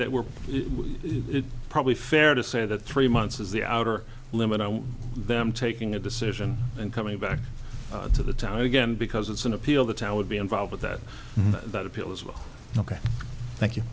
that we're probably fair to say that three months is the outer limit on them taking a decision and coming back to the time again because it's an appeal the town would be involved with that that appeal is well ok thank you